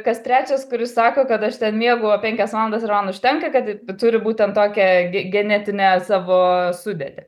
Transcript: kas trečias kuris sako kad aš ten miegu penkias valandas ir man užtenka kad turi būtent tokią ge genetinę savo sudėtį